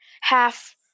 half